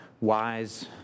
wise